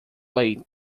late